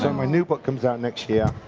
so my new book comes out next year.